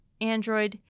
Android